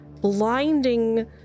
blinding